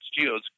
Geodes